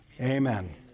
amen